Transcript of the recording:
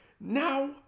Now